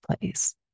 place